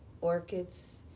orchids